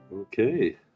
Okay